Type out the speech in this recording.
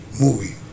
movie